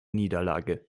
niederlage